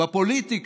בפוליטיקה,